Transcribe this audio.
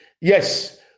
Yes